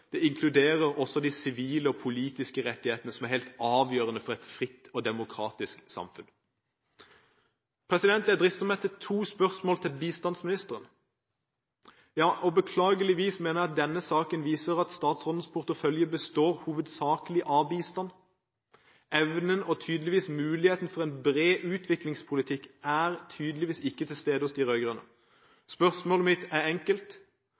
det inkluderer også de sivile og politiske rettighetene som er helt avgjørende for et fritt og demokratisk samfunn. Jeg drister meg til to spørsmål til bistandsministeren. Beklageligvis mener jeg at denne saken viser at statsrådens portefølje hovedsakelig består av bistand. Evnen og muligheten for en bred utviklingspolitikk er tydeligvis ikke til stede hos de rød-grønne. Spørsmålet mitt er enkelt: